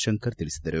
ಶಂಕರ್ ತಿಳಿಸಿದರು